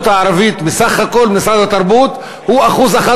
הערבית מסך כל תקציב משרד התרבות הוא 1%,